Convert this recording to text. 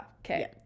Okay